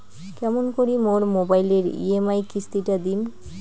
কেমন করি মোর মোবাইলের ই.এম.আই কিস্তি টা দিম?